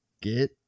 get